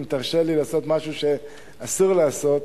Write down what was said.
אם תרשה לי לעשות משהו שאסור לעשות,